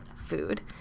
food